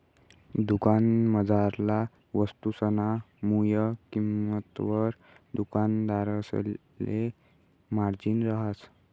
दुकानमझारला वस्तुसना मुय किंमतवर दुकानदारसले मार्जिन रहास